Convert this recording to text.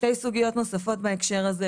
סוגיה נוספת בהקשר הזה.